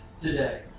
today